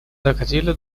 доходило